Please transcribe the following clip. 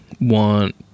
want